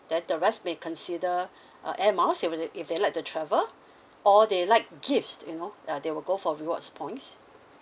then the rest may consider uh air miles if uh they if they like to travel or they like gifts you know uh they will go for rewards points